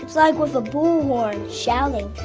like with a bullhorn shouting,